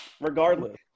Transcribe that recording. regardless